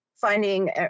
finding